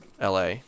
LA